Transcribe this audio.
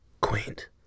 Quaint